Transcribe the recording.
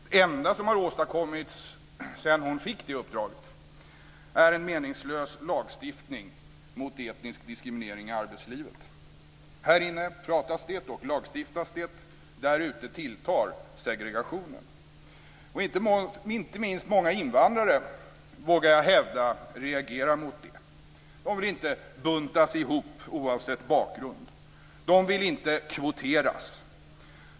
Det enda som har åstadkommits sedan hon fick det uppdraget är en meningslös lagstiftning mot etnisk diskriminering i arbetslivet. Här inne pratas det och lagstiftas det, där ute tilltar segregationen. Jag vågar hävda att inte minst många invandrare reagerar mot det. De vill inte buntas ihop oavsett bakgrund. De vill inte kvoteras.